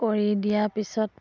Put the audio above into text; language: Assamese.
কৰি দিয়াৰ পিছত